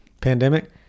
Pandemic